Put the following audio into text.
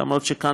אף שכאן